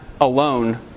alone